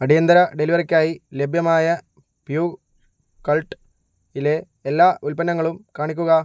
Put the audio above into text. അടിയന്തര ഡെലിവറിക്കായി ലഭ്യമായ പ്യൂർ കൾട്ട് ലെ എല്ലാ ഉൽപ്പന്നങ്ങളും കാണിക്കുക